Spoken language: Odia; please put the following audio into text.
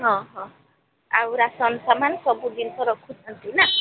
ହଁ ହଁ ଆଉ ରାସନ୍ ସାମାନ୍ ସବୁ ଜିନିଷ ରଖୁଛନ୍ତି ନା